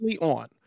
on